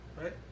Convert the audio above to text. right